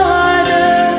Father